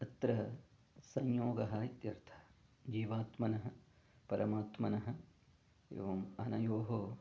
अत्र संयोगः इत्यर्थः जीवात्मनः परमात्मनः एवम् अनयोः